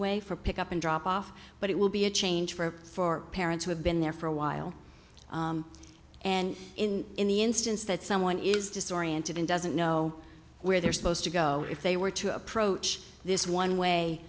anyway for pick up and drop off but it will be a change for parents who have been there for a while and in in the instance that someone is disoriented and doesn't know where they're supposed to go if they were to approach this one way